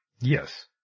Yes